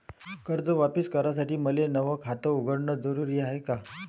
कर्ज वापिस करासाठी मले नव खात उघडन जरुरी हाय का?